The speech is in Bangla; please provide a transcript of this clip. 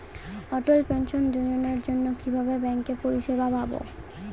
অটল পেনশন যোজনার জন্য কিভাবে ব্যাঙ্কে পরিষেবা পাবো?